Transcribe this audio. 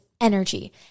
energy